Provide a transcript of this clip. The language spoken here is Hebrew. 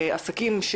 עסקים,